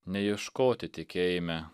neieškoti tikėjime